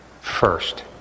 First